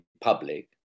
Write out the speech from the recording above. public